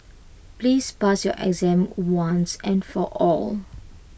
please pass your exam once and for all